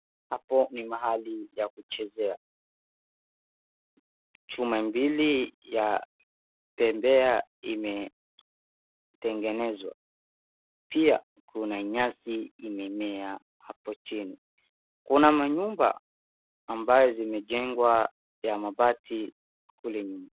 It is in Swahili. Hapo ni mahali ya kuchezea, chuma mbili ya pemeba imetengenezwa pia kuna byasi imemea hapo chini. Kuna manyumba ambazo zimejengwa ya mabati kule nyuma.